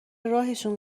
راهشون